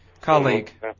colleague